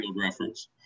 reference